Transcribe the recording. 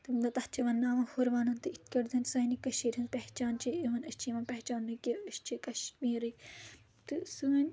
تَتھ چھِ وَن ناو ہُر وَنُن تہٕ یِتھۍ کٲٹھۍ زَن سانہِ کٔشیٖر ہٕنٛز پہچان چھِ اِؤن أسۍ چھِ یِوان پہچاننہٕ کہِ أسۍ چھِ کشمیٖرٕکۍ تہٕ سٲنۍ